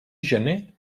gener